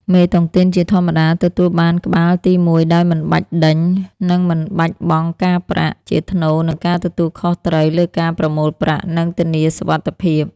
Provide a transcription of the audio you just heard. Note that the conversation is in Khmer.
មេតុងទីនជាធម្មតាទទួលបានក្បាលទីមួយដោយមិនបាច់ដេញ និងមិនបាច់បង់ការប្រាក់ ជាថ្នូរនឹងការទទួលខុសត្រូវលើការប្រមូលប្រាក់ និងធានាសុវត្ថិភាព។